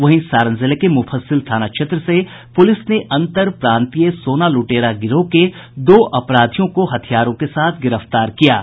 वहीं सारण जिले के मुफस्सिल थाना क्षेत्र से प्रलिस ने अंतर प्रांतीय सोना लुटेरा गिरोह के दो अपराधियों को हथियारों के साथ गिरफ्तार किया है